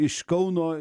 iš kauno